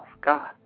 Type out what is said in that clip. God